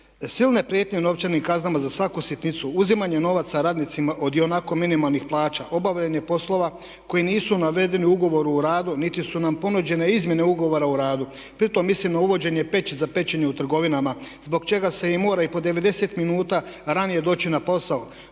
Silne prijetnje u novčanim kaznama za svaku sitnicu, uzimanja novaca radnicima od ionako minimalnih plaća, obavljanje poslova koji nisu navedeni u ugovoru o radu niti su nam ponuđene izmjene ugovora o radu. Pritom mislim na uvođenje peći za pečenje u trgovinama zbog čega se i mora i po 90 minuta ranije doći na posao